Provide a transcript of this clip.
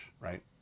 right